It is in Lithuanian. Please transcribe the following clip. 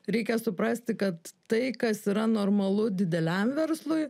reikia suprasti kad tai kas yra normalu dideliam verslui